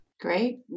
Great